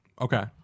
Okay